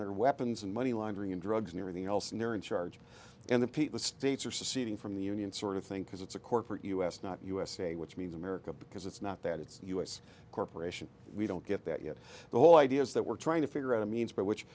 their weapons and money laundering and drugs and everything else and they're in charge and the people states are seceding from the union sort of thing because it's a corporate u s not usa which means america because it's not that it's a u s corporation we don't get that yet the whole idea is that we're trying to figure out a means by which